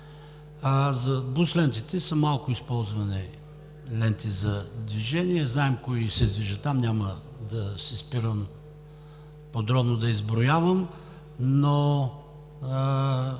бус лентите са малко използвани ленти за движение, знаем кои се движат там, няма да се спирам подробно да изброявам. Но